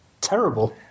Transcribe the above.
terrible